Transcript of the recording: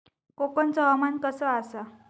कोकनचो हवामान कसा आसा?